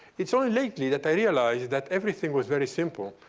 it's only lately that i realized that everything was very simple.